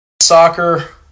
Soccer